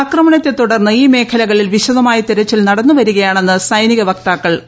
ആക്രമണത്തെ തുടർന്ന് ഈ മേഖലകളിൽ വിശദമായ തിരച്ചിൽ നിട്ടുന്നു വരികയാണെന്ന് സൈനിക വക്താക്കൾ അറിയിച്ചു